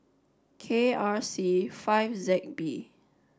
K R C five Z B